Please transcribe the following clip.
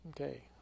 Okay